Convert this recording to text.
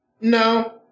no